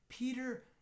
Peter